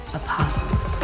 apostles